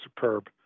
Superb